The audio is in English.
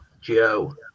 Joe